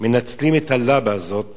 מנצלים את הלבה הזאת